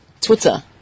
twitter